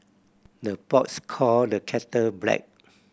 the pots call the kettle black